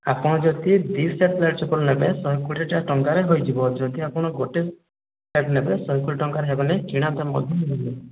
ଆପଣ ଯଦି ଦୁଇ ସେଟ୍ ଚପଲ ନେବେ ଶହେ କୋଡ଼ିଏ ଟା ଟଙ୍କାରେ ହୋଇଯିବ ଯଦି ଆପଣ ଗୋଟିଏ ସେଟ୍ ନେବେ ଶହେ କୋଡ଼ିଏ ଟଙ୍କାରେ ହେବନି କିଣା ଦାମ ଅଧିକା ହେବ